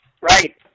Right